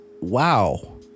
wow